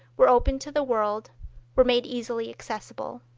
were opened to the world were made easily accessible.